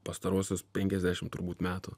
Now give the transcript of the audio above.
pastaruosius penkiasdešim turbūt metų